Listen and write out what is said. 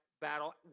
battle